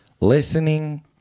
listening